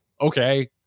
okay